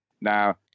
Now